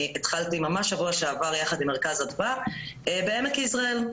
אני התחלתי ממש שבוע שעבר יחד עם מרכז אדווה בעמק יזרעאל,